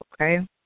okay